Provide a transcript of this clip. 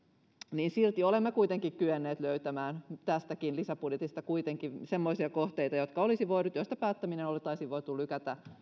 niin silti olemme kyenneet löytämään tästäkin lisäbudjetista semmoisia kohteita joista päättäminen oltaisiin voitu lykätä